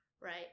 right